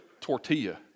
tortilla